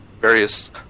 various